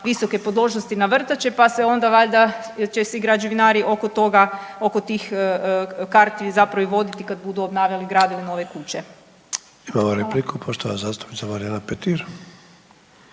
visoke podložnosti na vrtače, pa se onda valjda će se i građevinari oko tih karti zapravo i voditi kad budu obnavljali, gradili nove kuće. **Sanader, Ante (HDZ)** Imamo repliku poštovana zastupnica Marijana Petir.